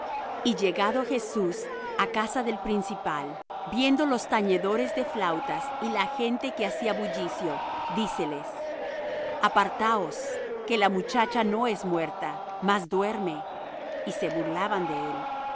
y llegado jesús á casa del principal viendo los tañedores de flautas y la gente que hacía bullicio díceles apartaos que la muchacha no es muerta mas duerme y se burlaban de él